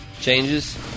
Changes